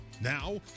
Now